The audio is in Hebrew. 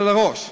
של הראש.